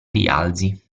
rialzi